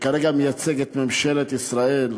שכרגע מייצג את ממשלת ישראל,